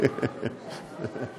בוא אני אבהיר לך.